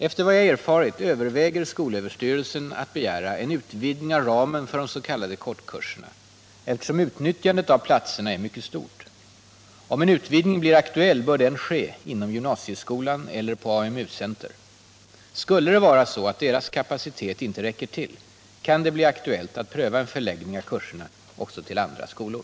Efter vad jag erfarit överväger skolöverstyrelsen att begära en utvidgning av ramen för de s.k. kortkurserna, eftersom utnyttjandet av platserna är mycket stort. Om en utvidgning blir aktuell bör denna ske inom gymnasieskolan eller på AMU-center. Skulle det vara så att deras kapacitet inte räcker till kan det bli aktuellt att pröva en förläggning av kurserna också till andra skolor.